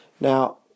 Now